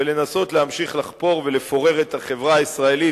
ולנסות להמשיך לחפור ולפורר את החברה הישראלית,